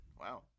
Wow